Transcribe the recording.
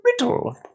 riddle